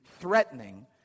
threatening